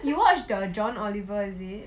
you watched the john oliver is it